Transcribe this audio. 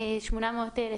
800,000,